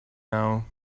now